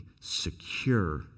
secure